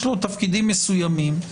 יש לו תפקידים מסוימים.